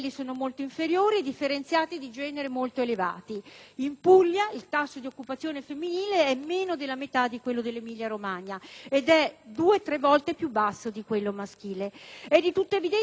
differenziali di genere molto elevati. In Puglia, il tasso di occupazione femminile è meno della metà di quello dell'Emilia Romagna ed è due-tre volte più basso di quello maschile. È di tutta evidenza che di